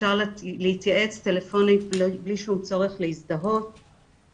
אפשר להתייעץ טלפונית בלי שום צורך להזדהות,